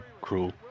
cruel